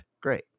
Great